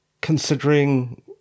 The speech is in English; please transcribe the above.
considering